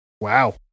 Wow